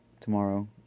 Tomorrow